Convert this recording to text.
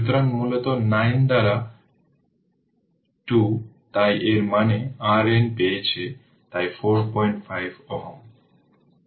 সুতরাং যদি দেখুন সার্কিটটি এখানে vL L di dt এবং এখানে vR I R